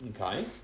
Okay